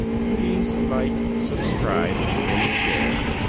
please like, subscribe and share.